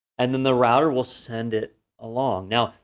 and then the router will send it along. now,